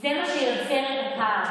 זה מה שיוצר את הפער.